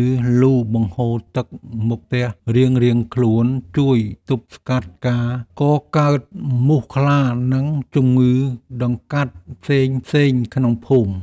ឬលូបង្ហូរទឹកមុខផ្ទះរៀងៗខ្លួនជួយទប់ស្កាត់ការកកើតមូសខ្លានិងជំងឺដង្កាត់ផ្សេងៗក្នុងភូមិ។